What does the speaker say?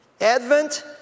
Advent